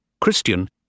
Christian